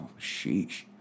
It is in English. sheesh